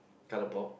colour pop